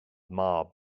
mob